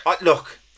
Look